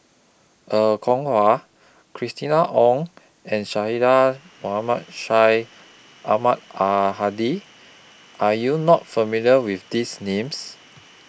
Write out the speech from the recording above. Er Kwong Wah Christina Ong and Mohamed Syed Ahmad Al Hadi Are YOU not familiar with These Names